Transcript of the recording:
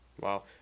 Wow